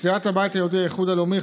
סיעת הבית היהודי-האיחוד הלאומי,